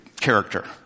character